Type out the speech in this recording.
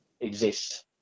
exist